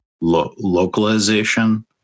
localization